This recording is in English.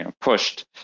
pushed